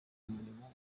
murimo